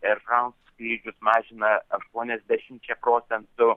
air france skrydžius mažina aštuoniasdešimčia procentų